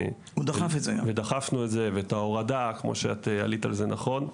דחף את זה, ואת ההורדה, כמו שאת אמרת נכון.